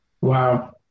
Wow